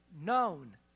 known